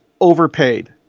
overpaid